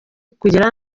kugera